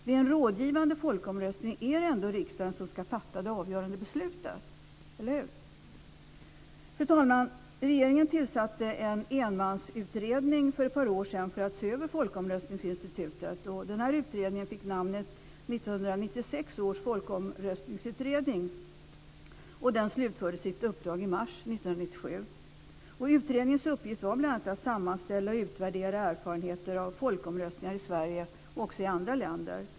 Vid en rådgivande folkomröstning är det ändå riksdagen som fattar det avgörande beslutet. Eller hur? Fru talman! Regeringen tillsatte en enmansutredning för ett par år sedan för att se över folkomröstningsinstitutet. Utredningen fick namnet 1996 års folkomröstningsutredning. Den slutförde sitt uppdrag i mars 1997. Utredningens uppgift var bl.a. att sammanställa och utvärdera erfarenheter av folkomröstningar i Sverige och i andra länder.